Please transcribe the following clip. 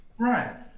Right